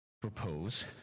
propose